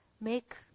make